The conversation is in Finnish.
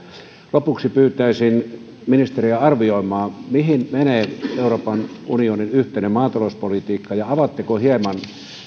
lopuksi pyytäisin ministeriä arvioimaan mihin menee euroopan unionin yhteinen maatalouspolitiikka ja avaatteko hieman